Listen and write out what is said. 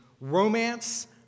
romance